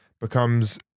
becomes